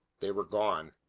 they were gone!